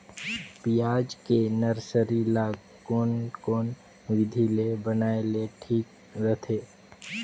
पियाज के नर्सरी ला कोन कोन विधि ले बनाय ले ठीक रथे?